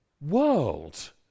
world